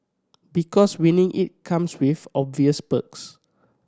because winning it comes with obvious perks